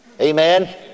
Amen